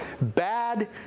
bad